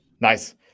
Nice